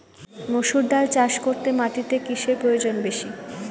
মুসুর ডাল চাষ করতে মাটিতে কিসে প্রয়োজন বেশী?